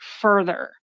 further